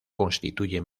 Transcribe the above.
constituye